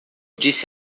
disse